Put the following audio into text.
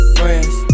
friends